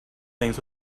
things